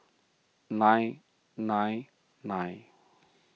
nine nine nine